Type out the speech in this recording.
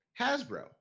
Hasbro